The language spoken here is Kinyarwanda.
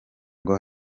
ngo